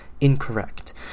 incorrect